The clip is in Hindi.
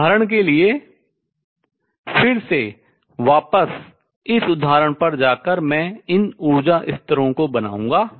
उदाहरण के लिए फिर से वापस इस उदाहरण पर जाकर मैं इन ऊर्जा स्तरों को बनाऊंगा